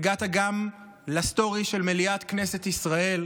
הגעת גם לסטורי של מליאת כנסת ישראל.